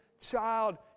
child